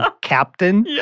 Captain